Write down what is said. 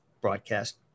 broadcast